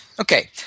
Okay